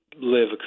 live